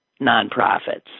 nonprofits